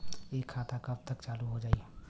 इ खाता कब तक चालू हो जाई?